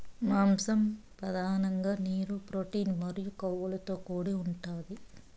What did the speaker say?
మాంసం పధానంగా నీరు, ప్రోటీన్ మరియు కొవ్వుతో కూడి ఉంటాది